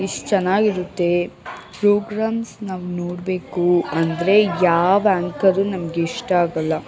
ಇಷ್ಟು ಚೆನ್ನಾಗಿರುತ್ತೆ ಪ್ರೋಗ್ರಾಮ್ಸ್ ನಾವು ನೋಡಬೇಕು ಅಂದರೆ ಯಾವ ಆಂಕರು ನಮಗಿಷ್ಟ ಆಗಲ್ಲ